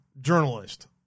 journalist